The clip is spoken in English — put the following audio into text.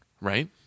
right